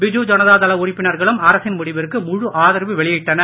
பிஜு ஜனதா தள உறுப்பினர்களும் அரசின் முடிவிற்கு முழு ஆதரவு வெளியிட்டனர்